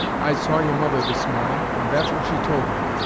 i saw your mother this morning, and that's what she told me.